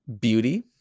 beauty